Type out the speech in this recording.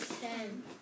Ten